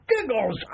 Giggles